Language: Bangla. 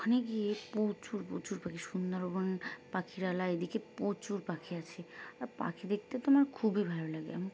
ওখানে গিয়ে প্রচুর প্রচুর পাখি সুন্দরবন পাখিরালয় এদিকে প্রচুর পাখি আছে আর পাখি দেখতে তো আমার খুবই ভালো লাগে